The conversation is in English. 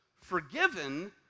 forgiven